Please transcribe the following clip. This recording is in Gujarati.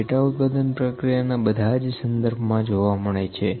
ડેટા ઉત્પાદન પ્રક્રિયા ના બધા જ સંદર્ભમાં જોવા મળે છે